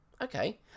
Okay